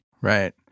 Right